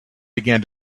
began